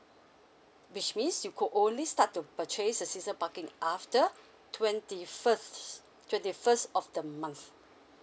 which means you go only start to purchase a season parking after twenty first twenty first of the month